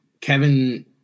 Kevin